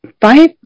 five